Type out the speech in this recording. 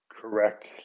correct